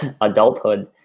adulthood